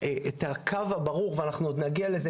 את הקו הברור ואנחנו עוד נגיע לזה,